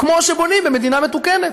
כמו שבונים במדינה מתוקנת.